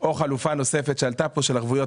או חלופה נוספת שעלתה פה של ערבויות